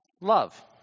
love